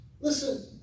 Listen